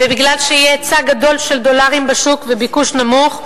ובגלל שיהיה היצע גדול של דולרים בשוק וביקוש נמוך,